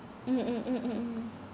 mm mm mm mm mm